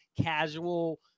casual